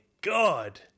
god